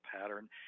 pattern